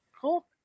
Cool